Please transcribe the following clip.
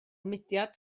mudiad